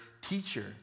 teacher